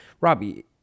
Robbie